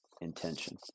intention